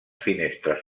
finestres